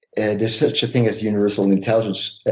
and there's such a thing as universal and intelligence.